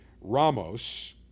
Ramos